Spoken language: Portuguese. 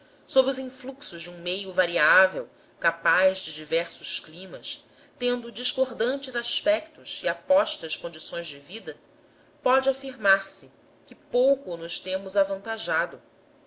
os influxos de um meio variável capaz de diversos climas tendo discordantes aspectos e opostas condições de vida pode afirmar se que pouco nos temos avantajado